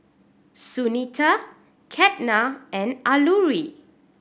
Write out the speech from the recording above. Sunita Ketna and Alluri